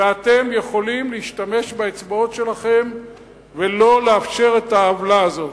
ואתם יכולים להשתמש באצבעות שלכם ולא לאפשר את העוולה הזאת.